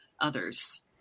others